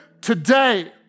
today